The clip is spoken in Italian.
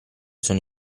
sono